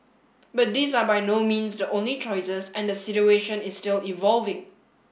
but these are by no means the only choices and the situation is still evolving